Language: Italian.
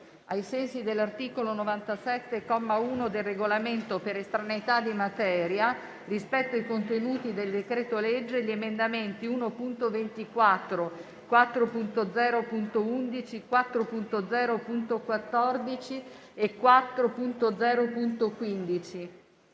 ai sensi dell'articolo 97, comma 1, del Regolamento, per estraneità di materia rispetto ai contenuti del decreto-legge, gli emendamenti 1.24, 4.0.11, 4.0.14 e 4.0.15;